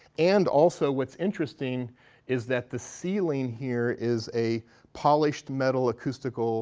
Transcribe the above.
and also what's interesting is that the ceiling here is a polished metal acoustical